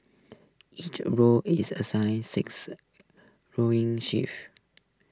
each rower is assigned six rowing shifts